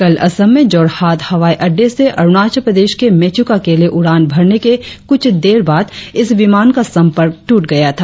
कल असम में जोरहाट हवाई अड़डे से अरुणाचल प्रदेश के मेचुका के लिए उड़ान भरने के कुछ देर बाद इस विमान का संपर्क टूट गया था